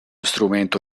strumento